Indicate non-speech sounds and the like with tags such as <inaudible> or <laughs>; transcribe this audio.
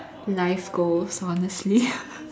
nice goals honestly <laughs>